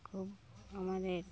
খুব আমাদের